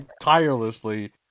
tirelessly